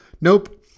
Nope